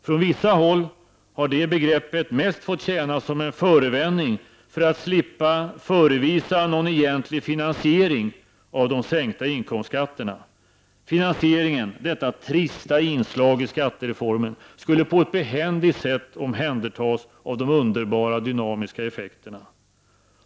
Från vissa håll har detta begrepp mest fått tjäna som en förevändning för att slippa förevisa någon egentlig finansiering av de sänkta inkomstskatterna. Finansieringen, detta trista inslag i skattereformen, skulle på ett behändigt sätt omhändertas av de underbara dynamiska effekterna.